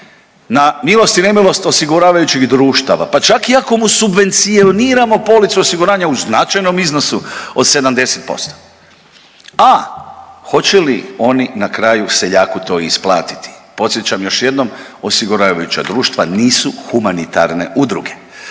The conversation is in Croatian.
na milost i nemilost osiguravajućih društava, pa čak i ako mu subvencioniramo policu osiguranja u značajnom iznosu od 70%, a hoće li oni na kraju seljaku to isplatiti. Podsjećam još jednom osiguravajuća društva nisu humanitarne udruge.